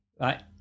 Right